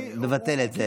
השר דיכטר,